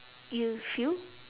you feel